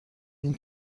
این